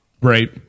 Right